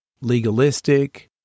legalistic